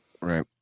Right